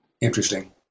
Interesting